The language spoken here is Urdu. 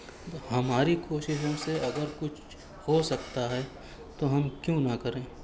ہماری کوششوں سے اگر کچھ ہو سکتا ہے تو ہم کیوں نہ کریں